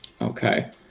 Okay